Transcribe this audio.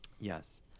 Yes